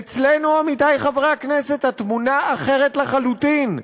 אצלנו, עמיתי חברי הכנסת, התמונה אחרת לחלוטין: